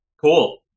Cool